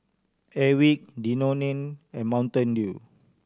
Airwick Danone and Mountain Dew